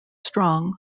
strong